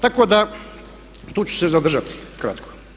Tako da tu ću se zadržati kratko.